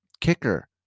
kicker